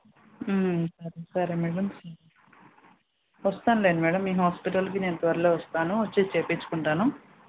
సరే మేడమ్ వస్తానులేండి మేడమ్ మీ హాస్పిటల్కి నేను త్వరలో వస్తాను వచ్చి చేయించుకుంటాను